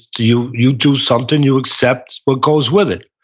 you you do something, you accept what goes with it.